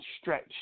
stretch